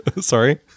sorry